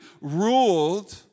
ruled